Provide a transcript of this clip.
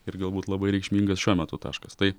ir galbūt labai reikšmingas šiuo metu taškas tai